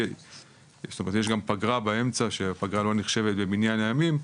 זאת אומרת יש גם פגרה באמצע שפגרה לא נחשבת במניין הימים,